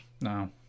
No